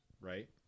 right